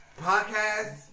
Podcast